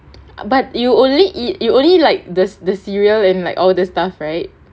but you only eat you only like the the cereal and and all the stuff right